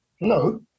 No